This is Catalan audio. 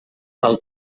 del